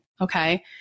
okay